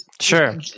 Sure